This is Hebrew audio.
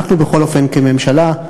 אנחנו, בכל אופן, כממשלה,